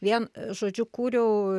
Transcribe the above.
vien žodžiu kūriau